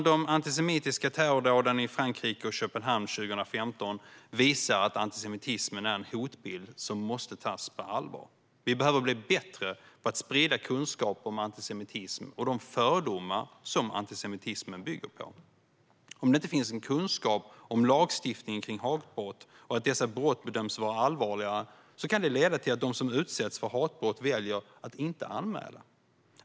De antisemitistiska terrordåden i Frankrike och Köpenhamn 2015 visar att antisemitismen är en hotbild som måste tas på allvar. Vi behöver bli bättre på att sprida kunskap om antisemitism och de fördomar som antisemitismen bygger på. Om det inte finns en kunskap om lagstiftningen kring hatbrott och att dessa brott bedöms vara allvarliga kan det leda till att de som utsätts för hatbrott väljer att inte anmäla.